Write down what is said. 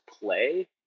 play